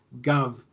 gov